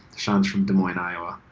shawn's from des moines, iowa.